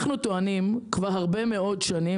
אנחנו טוענים כבר הרבה מאוד שנים,